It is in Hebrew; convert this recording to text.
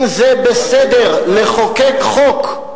אם זה בסדר לחוקק חוק,